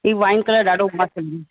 हीउ wine colour ॾाढो मस्त